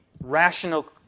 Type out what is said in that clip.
rational